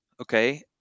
okay